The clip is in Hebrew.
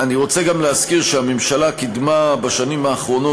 אני רוצה גם להזכיר שהממשלה קידמה בשנים האחרונות